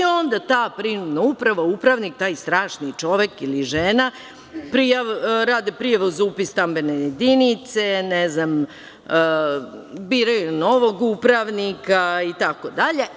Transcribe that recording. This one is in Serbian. Onda ta prinudna uprava, upravnik, taj strašni čovek ili žena, rade prijavu za upis stambene jedinice, ne znam, biraju novog upravnika itd.